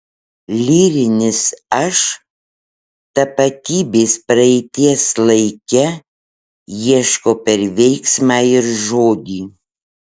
lyrinis aš tapatybės praeities laike ieško per veiksmą ir žodį